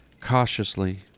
Cautiously